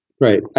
right